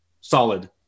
solid